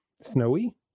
snowy